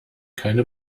keine